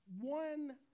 one